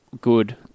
good